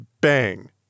bang